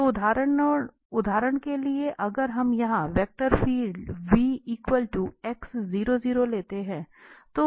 तो उदाहरण के लिए अगर हम यहां वेक्टर फील्ड लेते हैं